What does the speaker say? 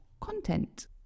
content